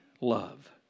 love